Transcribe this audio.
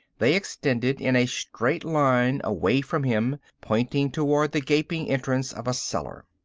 they extended in a straight line away from him, pointing towards the gaping entrance of a cellar.